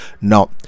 now